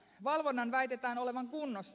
valvonnan väitetään olevan kunnossa